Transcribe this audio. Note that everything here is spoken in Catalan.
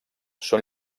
són